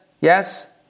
Yes